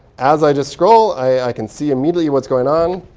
as i just scroll, i can see immediately what's going on.